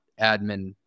admin